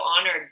honored